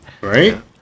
Right